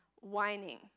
whining